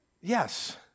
yes